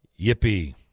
Yippee